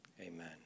amen